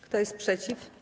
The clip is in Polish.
Kto jest przeciw?